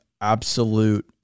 absolute